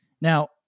Now